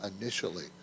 initially